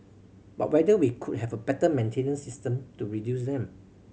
but whether we could have a better maintenance system to reduce them